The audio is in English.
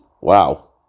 wow